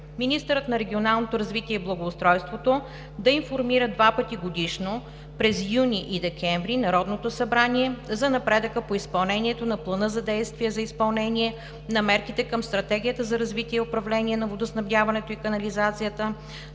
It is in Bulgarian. „Министърът на регионалното развитие и благоустройството да информира два пъти годишно – през месеците юни и декември, Народното събрание за напредъка по изпълнението на Плана за действие за изпълнение на мерките към Стратегията за развитие и управление на водоснабдяването и канализацията